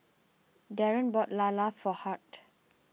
Daren bought lala for Hart